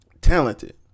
talented